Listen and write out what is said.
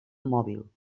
mòbil